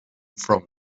from